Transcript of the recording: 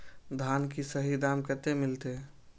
धान की सही दाम कते मिलते?